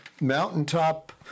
Mountaintop